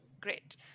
great